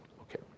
Okay